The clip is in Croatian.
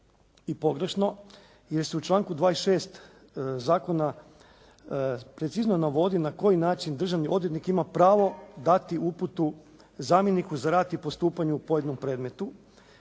i pogrešno jer se u članku 26. Zakona precizno navodi na koji način državni odvjetnik ima pravo dati uputu zamjeniku za rad i postupanje u pojedinom predmetu.